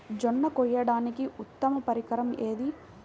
జొన్న కోయడానికి ఉత్తమ పరికరం ఏది?